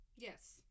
Yes